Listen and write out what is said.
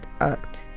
act